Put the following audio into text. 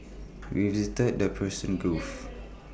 we visited the Persian gulf